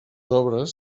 obres